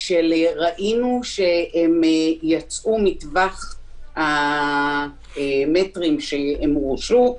שראינו שיצאו מטווח המטרים שהם הורשו,